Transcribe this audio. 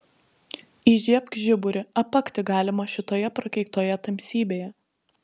įžiebk žiburį apakti galima šitoje prakeiktoje tamsybėje